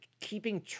keeping